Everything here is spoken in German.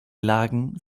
lagen